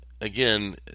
again